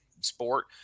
sport